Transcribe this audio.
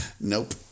Nope